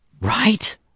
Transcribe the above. Right